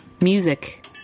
Music